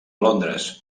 londres